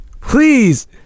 Please